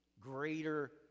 greater